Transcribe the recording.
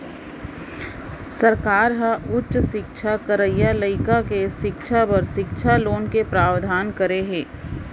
सरकार ह उच्च सिक्छा करइया लइका के सिक्छा बर सिक्छा लोन के प्रावधान करे हे